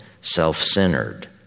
self-centered